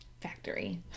factory